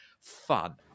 fun